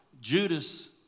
Judas